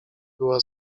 była